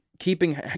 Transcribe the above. keeping